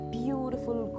beautiful